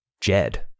Jed